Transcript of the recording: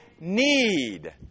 need